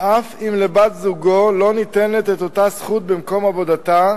אף אם לבת-זוגו לא ניתנת אותה זכות במקום עבודתה,